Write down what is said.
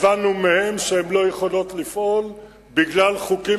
הבנו מהן שהן לא יכולות לפעול בגלל חוקים